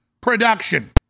production